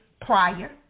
prior